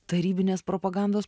tarybinės propagandos